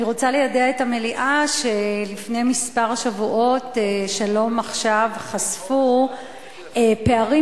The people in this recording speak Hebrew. אני רוצה ליידע את המליאה שלפני כמה שבועות "שלום עכשיו" חשפו פערים